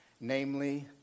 namely